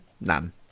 None